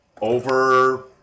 over